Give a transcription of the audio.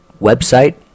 website